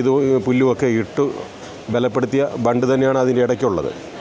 ഇത് പുല്ലുമൊക്കെ ഇട്ട് ബലപ്പെടുത്തിയ ബണ്ട് തന്നെയാണ് അതിന്റിടയ്ക്കുള്ളത്